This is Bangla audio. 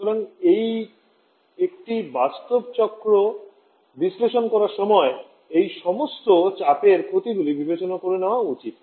সুতরাং একটি বাস্তব চক্র বিশ্লেষণ করার সময় এই সমস্ত চাপের ক্ষতিগুলি বিবেচনায় নেওয়া উচিত